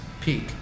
peak